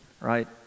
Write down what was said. right